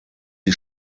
die